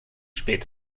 spät